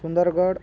Sundargarh